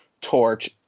torch